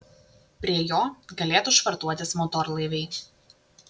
prie jo galėtų švartuotis motorlaiviai